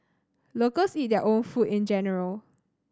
locals eat their own food in general